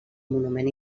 monument